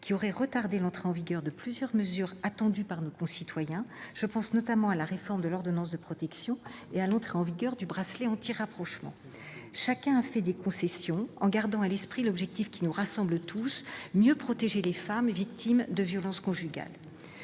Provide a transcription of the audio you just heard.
qui aurait retardé l'entrée en vigueur de plusieurs mesures attendues par nos concitoyens- je pense notamment à la réforme de l'ordonnance de protection et à l'entrée en vigueur du bracelet anti-rapprochement. Chacun a fait des concessions en gardant à l'esprit l'objectif qui nous rassemble tous : mieux protéger les femmes victimes de violences conjugales.